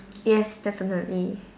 yes definitely